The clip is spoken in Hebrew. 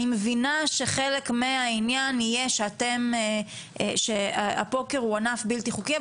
אני מבינה שחלק מהעניין יהיה שהפוקר הוא ענף בלתי חוקי,